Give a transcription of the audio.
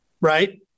right